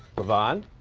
lavon,